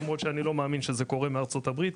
למרות שאני לא מאמין שזה קורה מארצות הברית,